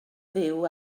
fyw